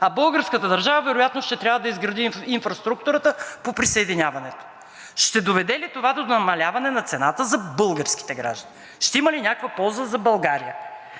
а българската държава вероятно ще трябва да изгради инфраструктурата по присъединяването? Ще доведе ли това до намаляване на цената за българските граждани? Ще има ли някаква полза за България?